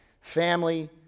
family